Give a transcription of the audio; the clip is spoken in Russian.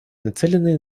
нацеленные